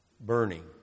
burning